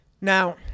Now